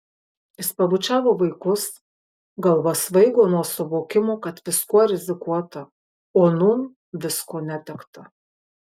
jis pabučiavo vaikus galva svaigo nuo suvokimo kad viskuo rizikuota o nūn visko netekta